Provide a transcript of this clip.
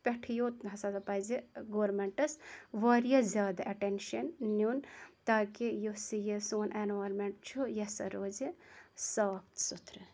اَتھ پیٚٹھ یوت ہَسا پَزِ گورمینٹَس واریاہ زیادٕ ایٚٹَیٚنشَن نیُن تاکہِ یُس یہِ سون ایٚنوارمینٹ چھُ یہِ ہَسا روزِ صاف سُتھرٕ